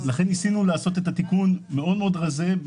לכן ניסינו לעשות את התיקון מאוד מאוד רזה,